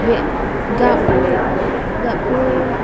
बे गाबफोर